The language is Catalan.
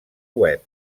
web